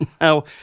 Now